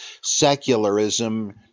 secularism